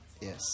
Yes